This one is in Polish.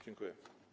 Dziękuję.